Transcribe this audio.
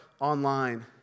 online